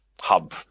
hub